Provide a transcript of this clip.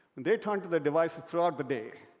and they turn to the devices throughout the day,